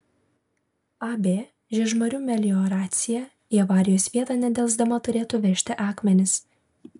ab žiežmarių melioracija į avarijos vietą nedelsdama turėtų vežti akmenis